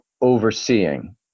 overseeing